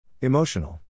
Emotional